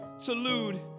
Salute